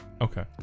Okay